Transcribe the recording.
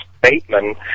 Bateman